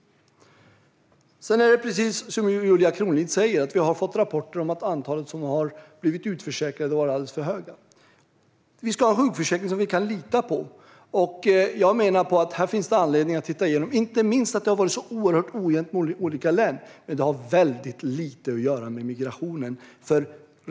Precis som Julia Kronlid säger har vi fått rapporter om att antalet utförsäkrade har blivit alldeles för stort. Vi ska ha en sjukförsäkring som vi kan lita på. Jag menar att det finns anledning att titta igenom det, inte minst att det har varit oerhört ojämnt mellan olika län. Det har dock väldigt lite med migrationen att göra.